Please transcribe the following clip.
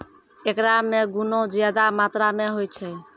एकरा मे गुना ज्यादा मात्रा मे होय छै